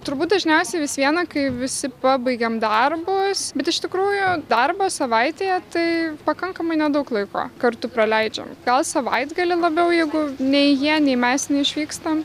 turbūt dažniausiai vis viena kai visi pabaigiam darbus bet iš tikrųjų darbo savaitėje tai pakankamai nedaug laiko kartu praleidžiam gal savaitgalį labiau jeigu nei jie nei mes neišvykstam